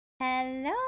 Hello